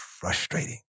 frustrating